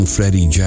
Freddie